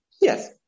Yes